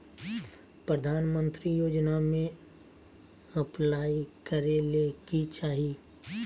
प्रधानमंत्री योजना में अप्लाई करें ले की चाही?